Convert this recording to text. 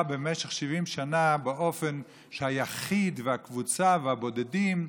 במשך 70 שנה באופן שהיחיד והקבוצה והבודדים,